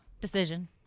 decision